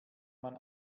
man